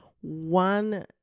one